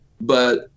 but-